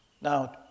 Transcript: Now